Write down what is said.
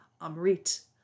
Amrit